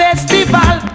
Festival